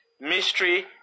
Mystery